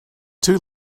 two